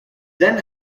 then